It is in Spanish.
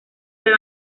del